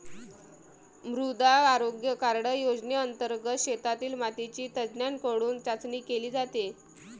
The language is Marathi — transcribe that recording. मृदा आरोग्य कार्ड योजनेंतर्गत शेतातील मातीची तज्ज्ञांकडून चाचणी केली जाते